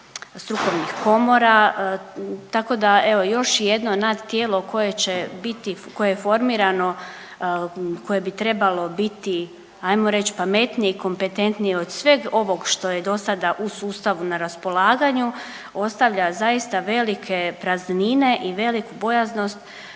strukovnih komora. Tako da evo još jedno nadtijelo koje će biti, koje je formirano koje bi trebalo biti ajmo reći pametnije i kompetentnije od sveg ovog što je dosada u sustavu na raspolaganju, ostavlja zaista velike praznine i veliku bojaznost